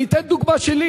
אני אתן דוגמה שלי.